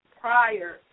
prior